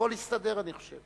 אני חושב